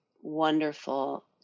wonderful